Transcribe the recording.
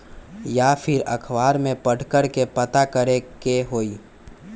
या फिर अखबार में पढ़कर के पता करे के होई?